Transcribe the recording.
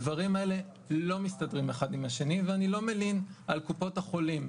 הדברים האלה לא מסתדרים אחד עם השני ואני לא מלין על קופות החולים.